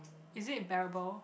is it bearable